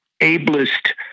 ablest